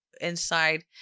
inside